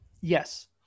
Yes